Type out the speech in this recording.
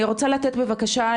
אני רוצה לתת בבקשה,